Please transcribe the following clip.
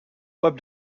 web